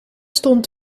stond